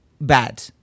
bad